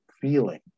feeling